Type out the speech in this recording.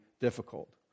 difficult